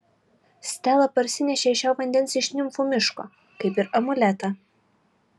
stela parsinešė šio vandens iš nimfų miško kaip ir amuletą